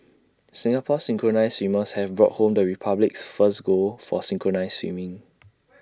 Singapore's synchronised swimmers have brought home the republic's first gold for synchronised swimming